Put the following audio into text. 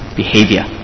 behavior